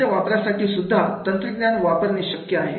यंत्रांच्या वापरासाठी सुद्धा तंत्रज्ञान वापरणे शक्य आहे